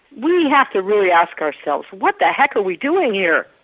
we have to really ask ourselves, what the heck are we doing here?